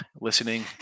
listening